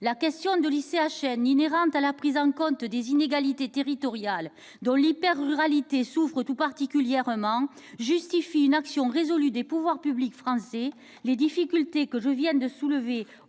La question de l'ICHN, inhérente à la prise en compte des inégalités territoriales, dont l'hyper-ruralité souffre tout particulièrement, justifie une action résolue des pouvoirs publics français. Les difficultés que je viens de soulever